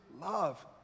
love